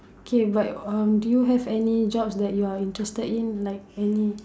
okay but um do you have any jobs that you're interested in like any